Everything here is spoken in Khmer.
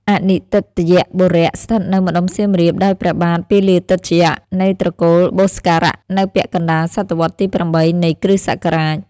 អនីន្ទិត្យបុរៈ ស្ថិតនៅម្តុំសៀមរាប ដោយព្រះបាទ ពាលាទិត្យ នៃត្រកូល បុស្ករាក្ស នៅពាក់កណ្តាលសតវត្សរ៍ទី៨ នៃគ្រិស្តសករាជ ។